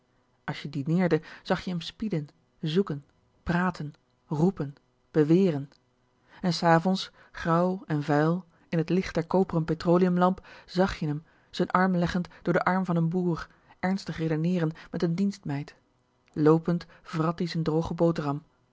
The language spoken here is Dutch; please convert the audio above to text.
als je dineerde zag je m spieden zoeken praten roepen beweren en s avonds grauw en vuil in het licht der koperen petroleumlamp zag je m z'n arm leggend door den arm van n boer ernstig redeneeren met n dienstmeid loopend vràt ie z'n droge boterham